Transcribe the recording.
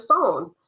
phone